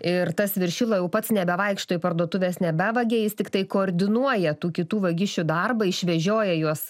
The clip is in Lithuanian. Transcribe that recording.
ir tas viršila jau pats nebevaikšto į parduotuves nebevagia jis tiktai koordinuoja tų kitų vagišių darbą išvežioja juos